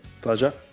pleasure